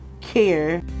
care